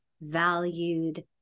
valued